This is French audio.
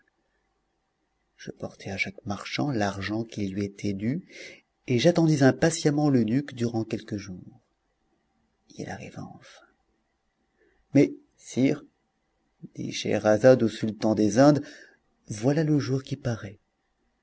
je portai à chaque marchand l'argent qui lui était dû et j'attendis impatiemment l'eunuque durant quelques jours il arriva enfin mais sire dit scheherazade au sultan des indes voilà le jour qui paraît